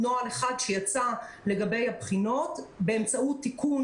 נוהל אחד שיצא לגבי הבחינות באמצעות תיקון